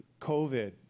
COVID